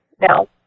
now